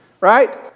right